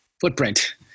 footprint